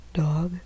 dog